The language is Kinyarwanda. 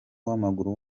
w’amaguru